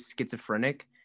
schizophrenic